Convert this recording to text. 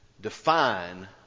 define